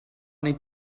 need